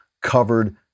covered